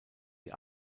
die